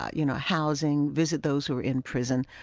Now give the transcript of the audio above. ah you know, housing. visit those who are in prison.